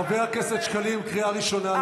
חבר הכנסת שקלים, קריאה ראשונה.